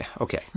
okay